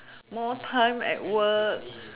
more time at work